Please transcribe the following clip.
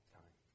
time